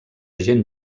gent